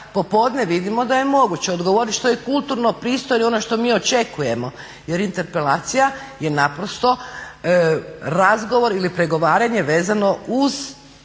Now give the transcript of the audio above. popodne vidimo da je moguće odgovoriti što je kulturno i pristojno i ono što mi očekujemo jer interpelacija je razgovor ili pregovaranje vezeno uz